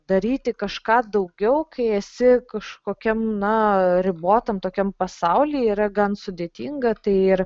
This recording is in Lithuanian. daryti kažką daugiau kai esi kažkokiam na ribotam tokiam pasauly yra gan sudėtinga tai ir